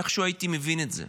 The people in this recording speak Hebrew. איכשהו הייתי מבין את זה.